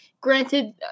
Granted